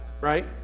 right